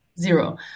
zero